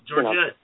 Georgia